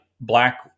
black